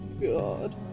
god